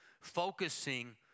focusing